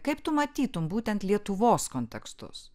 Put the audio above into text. kaip tu matytum būtent lietuvos kontekstus